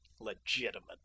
Legitimate